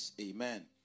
Amen